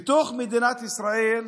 בתוך מדינת ישראל,